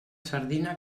sardina